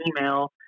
email